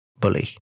bully